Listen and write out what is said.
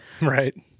Right